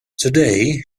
today